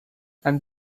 and